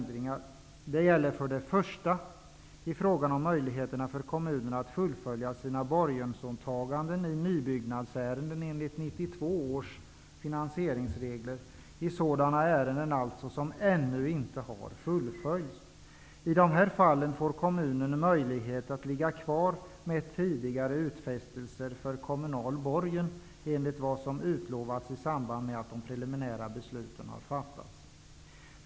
Det gäller för det första i fråga om möjligheterna för kommunerna att fullfölja sina borgensåtaganden i nybyggnadsärenden enligt 1992 års finansieringsregler, i sådana ärenden som ännu inte fullföljts. I dessa fall får kommunen möjlighet att ligga kvar med tidigare utfästelser om kommunal borgen enligt vad som utlovats i samband med att preliminärt beslut fattats.